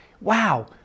Wow